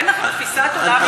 אין לכם תפיסת עולם משלכם?